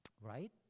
right